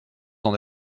d’en